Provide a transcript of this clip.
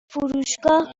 فروشگاه